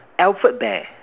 alfed bear